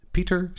Peter